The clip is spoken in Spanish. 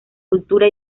cultura